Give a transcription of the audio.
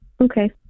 Okay